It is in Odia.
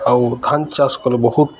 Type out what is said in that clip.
ଆଉ ଧାନ୍ ଚାଷ କଲେ ବହୁତ